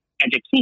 education